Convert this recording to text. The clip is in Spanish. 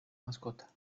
mascota